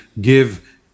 give